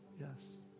Yes